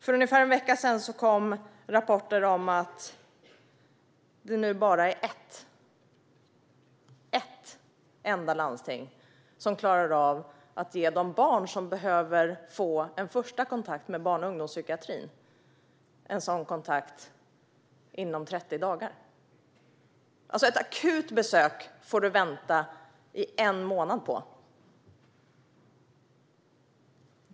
För ungefär en vecka sedan kom rapporter om att det nu bara är ett landsting - ett enda - som klarar av att ge de barn som behöver få en första kontakt med barn och ungdomspsykiatrin en sådan kontakt inom 30 dagar. Man får alltså vänta i en månad på ett akut besök.